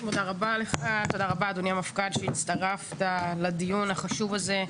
תודה רבה אדוני המפכ"ל שהצטרפת לדיון החשוב הזה.